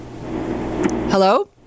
Hello